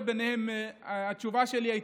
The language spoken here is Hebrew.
ובהם התשובה שלי,